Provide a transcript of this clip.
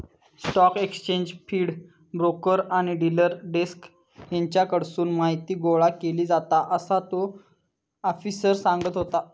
stock exchange feed, broker आणि dealer desk हेच्याकडसून माहीती गोळा केली जाता, असा तो आफिसर सांगत होतो